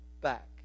back